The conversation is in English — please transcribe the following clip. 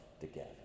together